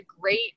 great